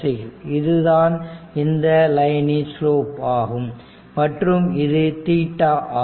இதுதான் இந்த லைனின் ஸ்லோப் ஆகும் மற்றும் இது Θ ஆகும்